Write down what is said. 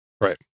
right